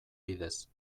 bidez